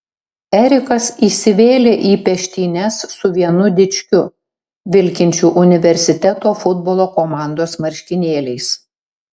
erikas įsivėlė į peštynes su vienu dičkiu vilkinčiu universiteto futbolo komandos marškinėliais